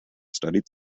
studied